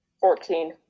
Fourteen